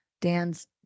Dan's